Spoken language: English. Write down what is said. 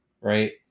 right